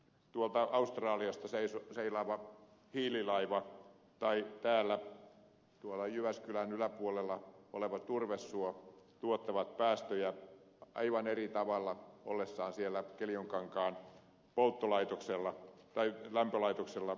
tuolta australiasta seilaava hiililaiva tai täällä tuolla jyväskylän yläpuolella oleva turvesuo tuottavat päästöjä aivan eri tavalla ollessaan siellä keljonkankaan lämpölaitoksella